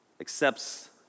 accepts